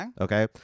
Okay